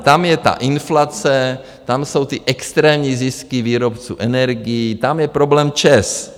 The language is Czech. Tam je ta inflace, tam jsou ty extrémní zisky výrobců energií, tam je problém ČEZ.